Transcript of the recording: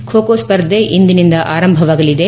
ಖೋ ಖೋ ಸ್ಪರ್ಧೆ ಇಂದಿನಿಂದ ಆರಂಭವಾಗಲಿದೆ